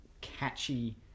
catchy